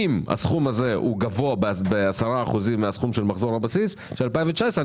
אם הסכום הזה הוא גבוה ב-10 אחוזים מהסכום של מחזור הבסיס של 2019,